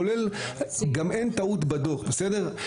גם אין טעות בדו"ח, בסדר?